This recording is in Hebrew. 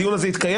הדיון הזה יתקיים.